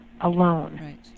alone